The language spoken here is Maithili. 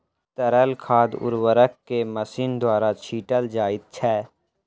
तरल खाद उर्वरक के मशीन द्वारा छीटल जाइत छै